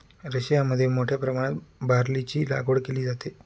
रशियामध्ये मोठ्या प्रमाणात बार्लीची लागवड केली जाते